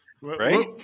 right